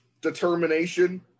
determination